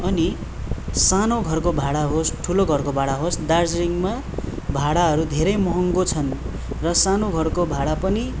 अनि सानो घरको भाडा होस् ठुलो घरको भाडा होस् दार्जिलिङमा भाडाहरू धेरै महँगो छन् र सानो घरको भाडा पनि